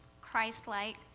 Christ-like